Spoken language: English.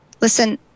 Listen